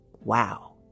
Wow